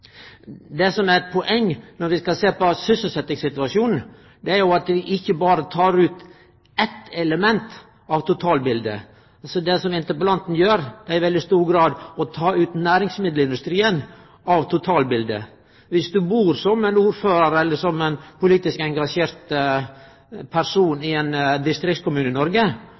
Det som er eit poeng når vi skal sjå på sysselsetjingssituasjonen, er at vi ikkje berre tek ut eitt element av totalbiletet. Det som interpellanten gjer, er i veldig stor grad å ta ut næringsmiddelindustrien av totalbiletet. Dersom du som ordførar eller som ein politisk engasjert person bur i ein distriktskommune i Noreg,